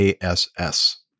ASS